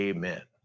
Amen